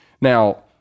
Now